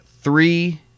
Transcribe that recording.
Three